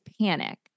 panic